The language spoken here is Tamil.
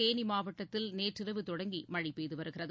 தேனி மாவட்டத்தில் நேற்றிரவு தொடங்கி மழை பெய்து வருகிறது